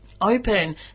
open